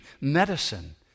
medicine